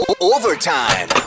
Overtime